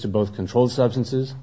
to both controlled substances